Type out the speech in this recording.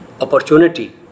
opportunity